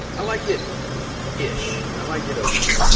i like it ish. i like it okay.